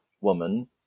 woman